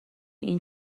این